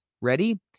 Ready